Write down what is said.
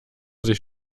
sich